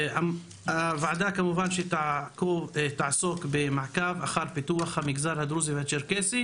הוועדה תעסוק במעקב אחר פיתוח המגזר הדרוזי והצ'רקסי,